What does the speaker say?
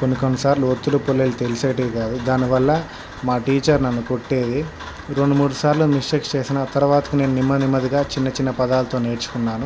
కొన్ని కొన్నిసార్లు ఒత్తిడి పుల్లలు తెలిసేవి కాదు దానివల్ల మా టీచర్ నన్ను కొట్టేది రెండు మూడు సార్లు మిస్టేక్స్ చేసిన తరువాతకి నేను నెమ్మ నెమ్మదిగా చిన్న చిన్న పదాలతో నేర్చుకున్నాను